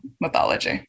mythology